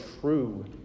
true